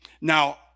Now